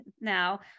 now